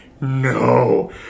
no